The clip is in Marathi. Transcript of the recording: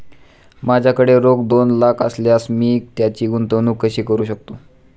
माझ्याकडे रोख दोन लाख असल्यास मी त्याची गुंतवणूक कशी करू शकतो?